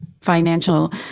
financial